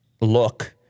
look